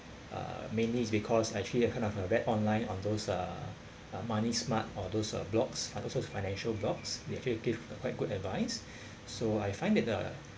uh mainly it's because actually I kind of uh read online on those uh money smart or those uh blogs and also financial blogs they actually give quite good advice so I find it uh